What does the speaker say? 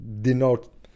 denote